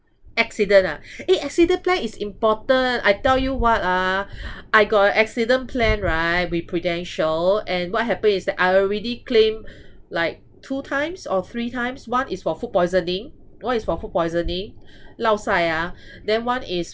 accident ah eh accident plan is important I tell you what ah I got a accident plan right with prudential and what happened is that I already claim like two times or three times one is for food poisoning one is for food poisoning lao sai ah then one is